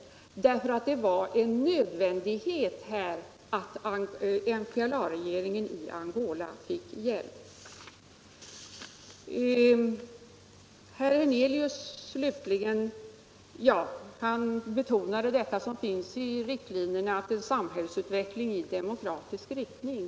för det var en nödvändighet att Herr Hernelius betonade att det fortfarande finns kvar i riktlinjerna detta om en samhällsutveckling i demokratisk riktning.